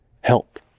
help